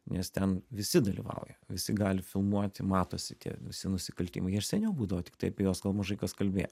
nes ten visi dalyvauja visi gali filmuoti matosi tie visi nusikaltimai jie ir seniau būdavo tiktai apie juos gal mažai kas kalbėjo